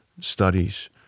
studies